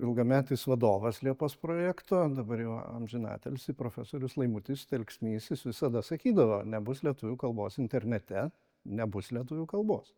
ilgametis vadovas liepos projekto dabar jau amžiną atilsį profesorius laimutis telksnys jis visada sakydavo nebus lietuvių kalbos internete nebus lietuvių kalbos